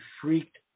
freaked